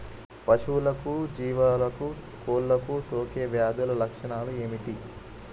పశువులకు జీవాలకు కోళ్ళకు సోకే వ్యాధుల లక్షణాలు ఏమిటి?